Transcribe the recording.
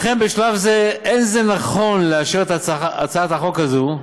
לכן, בשלב זה לא נכון לאשר את הצעת החוק הזאת,